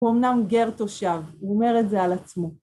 הוא אמנם גרטו שר, הוא אומר את זה על עצמו.